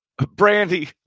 Brandy